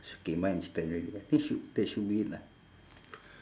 so okay mine is ten already ah think should that should be it lah